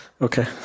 Okay